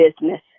business